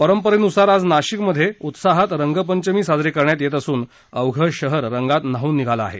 परंपरेनुसार आज नाशिकमध्ये आज उत्साहात रंगपंचमी साजरी करण्यात येत असून अवघं शहर रंगात न्हाऊन निघालं आहे